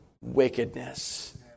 wickedness